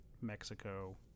mexico